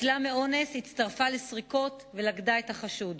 ניצלה מאונס, הצטרפה לסריקות ולכדה את החשוד.